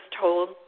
told